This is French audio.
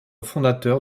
fondateur